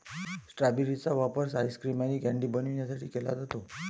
strawberry चा वापर ice cream आणि कँडी बनवण्यासाठी केला जातो